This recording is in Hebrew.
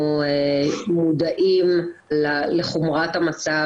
אנחנו מודעים לחומרת המצב,